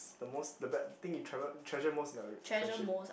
the most the bad thing you travelled treasure most in a friendship